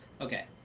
Okay